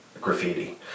graffiti